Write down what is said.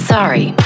Sorry